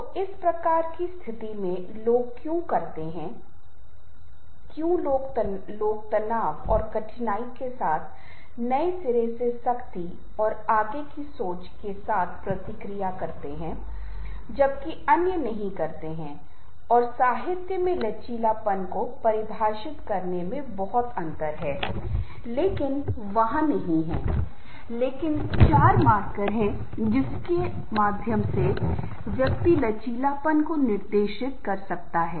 तो इस प्रकार की स्थिति में लोग क्यों करते हैं क्यों कुछ लोग तनाव और कठिनाई के साथ नए सिरे से सख्ती और आगे की सोच के साथ प्रतिक्रिया करते हैं जबकि अन्य नहीं करते हैं और साहित्य में लचीलापन को परिभाषित करने में बहुत अंतर है लेकिन वहाँ नहीं है लेकिन चार मार्कर हैं जिसके माध्यम से व्यक्ति लचीलापन को निर्दिष्ट कर सकता है